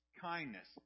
kindness